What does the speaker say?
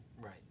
Right